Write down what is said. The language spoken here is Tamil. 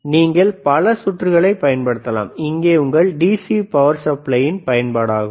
நீங்கள் பல சுற்றுகளைப் பயன்படுத்தலாம் இதுவே உங்கள் டிசி பவர் சப்ளை இன் பயன்பாடாகும்